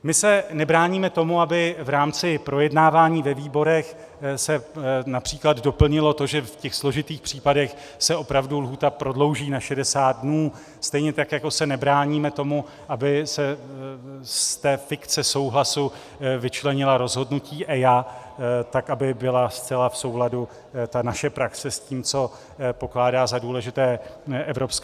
My se nebráníme tomu, aby v rámci projednávání ve výborech se například doplnilo to, že v těch složitých případech se opravdu lhůta prodlouží na 60 dnů, stejně tak jako se nebráníme tomu, aby se z té fikce souhlasu vyčlenila rozhodnutí EIA, tak aby byla zcela v souladu naše praxe s tím, co pokládá za důležité Evropská unie.